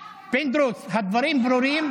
פינדרוס, הדברים ברורים.